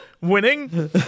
winning